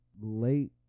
late